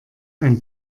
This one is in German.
ein